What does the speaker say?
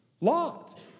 Lot